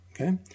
okay